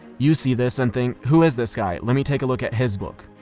you see this and think, who is this guy? let me take a look at his book.